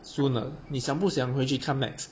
soon ah 你想不想回去 come next